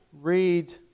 read